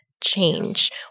change